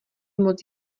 moc